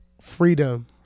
freedom